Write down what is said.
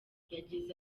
yagize